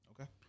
Okay